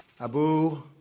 Abu